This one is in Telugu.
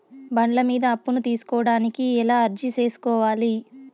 బండ్ల మీద అప్పును తీసుకోడానికి ఎలా అర్జీ సేసుకోవాలి?